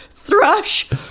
thrush